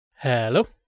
Hello